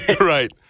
Right